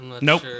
Nope